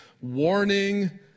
warning